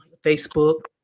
Facebook